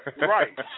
Right